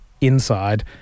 inside